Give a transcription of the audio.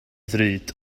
ddrud